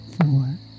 four